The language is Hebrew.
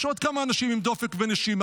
יש עוד כמה אנשים עם דופק ונשימה.